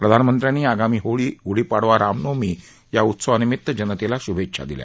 प्रधानमंत्र्यांनी आगामी होळी गुढीपाडवा रामनवमी या उत्सवानिमित्त जनतेला शुभेच्छा दिल्या